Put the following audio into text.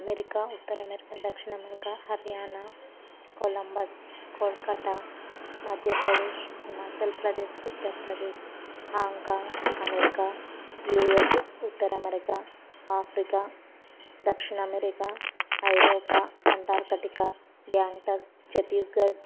America ఉత్తర America దక్షిణ America Haryana Columbus Kolkata Madhya Pradesh Himachal Pradesh Uttar Pradesh Hong Kong America U S ఉత్తర అమెరికా ఆఫ్రికా దక్షిణ అమెరికా ఐరోపా అంటార్కిటికా గ్యాంగ్టాక్ ఛత్తీస్గఢ్